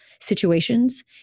situations